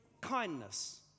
kindness